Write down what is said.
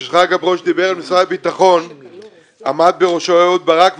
שרגא ברוש דיבר משרד הביטחון עמד בראשו אהוד ברק,